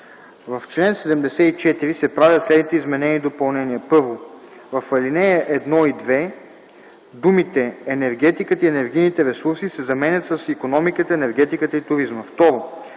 В чл. 74 се правят следните изменения и допълнения: 1. В ал. 1 и 2 думите „енергетиката и енергийните ресурси” се заменят с „икономиката, енергетиката и туризма”.